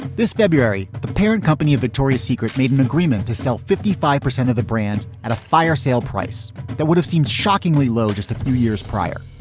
this february. the parent company of victoria's secret made an agreement to sell fifty five percent of the brands at a fire sale price that would have seemed shockingly low just a few years prior.